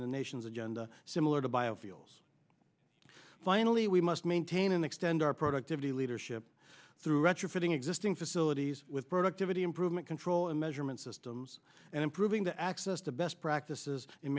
in the nation's agenda similar to biofuels finally we must maintain and extend our productivity leadership through retrofitting existing facilities with productivity improvement control and measurement systems and improving the access to best practices in